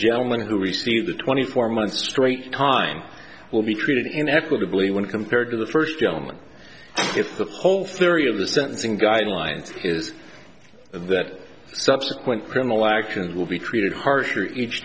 gentleman who received the twenty four months straight time will be treated in equitably when compared to the first element if the pole theory of the sentencing guidelines is of that subsequent criminal action will be treated harsher each